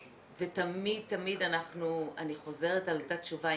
ותמיד אני חוזרת על אותה תשובה,